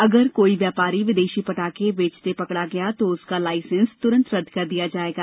अगर कोई व्यापारी विदेशी पटाखे बेचते पकड़ा गया तो उसका लाइसेंस तुरंत रद्द कर दिया जाएगा